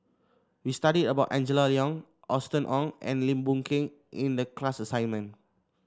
we studied about Angela Liong Austen Ong and Lim Boon Keng in the class assignment